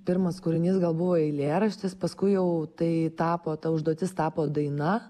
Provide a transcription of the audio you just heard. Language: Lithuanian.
pirmas kūrinys gal buvo eilėraštis paskui jau tai tapo ta užduotis tapo daina